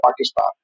Pakistan